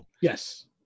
yes